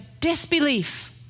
disbelief